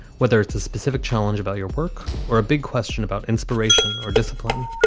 whether it's a specific challenge about your work or a big question about inspiration or discipline.